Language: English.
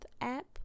app